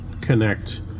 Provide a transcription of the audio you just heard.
connect